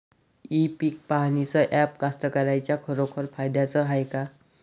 इ पीक पहानीचं ॲप कास्तकाराइच्या खरोखर फायद्याचं हाये का?